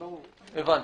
בבקשה.